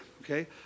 okay